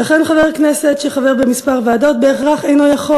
ולכן חבר כנסת שחבר בכמה ועדות בהכרח אינו יכול